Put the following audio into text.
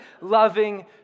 loving